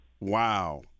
wow